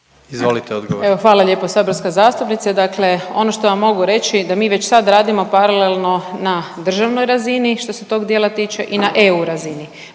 (HDZ)** Evo, hvala lijepo saborska zastupnice. Dakle ono što vam mogu reći da mi već sad radimo paralelno na državnoj razini što se tog dijela tiče i na EU razini.